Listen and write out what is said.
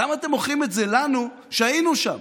למה אתם מוכרים את זה לנו, שהיינו שם?